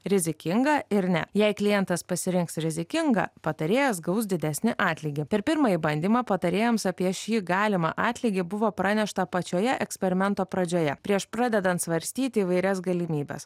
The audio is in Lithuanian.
rizikinga ir ne jei klientas pasirinks rizikingą patarėjas gaus didesnį atlygį per pirmąjį bandymą patarėjams apie šį galimą atlygį buvo pranešta pačioje eksperimento pradžioje prieš pradedant svarstyti įvairias galimybes